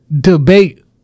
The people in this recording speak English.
debate